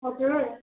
हजुर